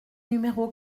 numéro